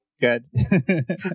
Good